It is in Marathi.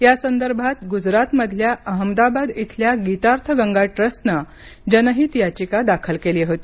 या संदर्भात गुजरात मधल्या अहमदाबाद इथल्या गीतार्थ गंगा ट्रस्ट ने जनहित याचिका दाखल केली होती